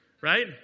right